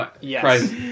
yes